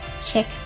check